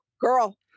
girl